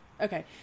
okay